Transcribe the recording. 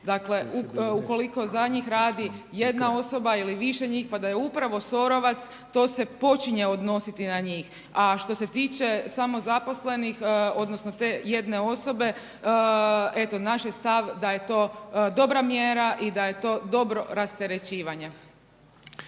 Dakle, u koliko za njih radi jedna osoba ili više njih pa da je upravo SOR-ovac, to se počinje odnositi na njih. A što se tiče samozaposlenih, odnosno te jedne osobe eto naš je stav da je to dobra mjera i da je to dobro rasterećivanje.